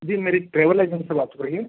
जी मेरी travel agent से बात हो रही है